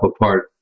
apart